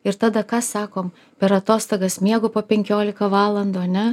ir tada ką sakom per atostogas miegu po penkolika valandų ane